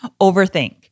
overthink